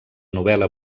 novel·la